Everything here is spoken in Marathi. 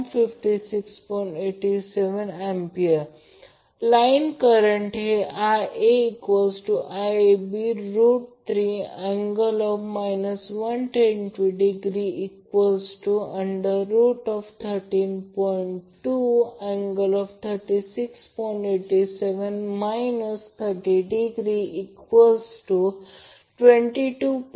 87°A लाईन करंट हे IaIAB 3 ∠ 30°313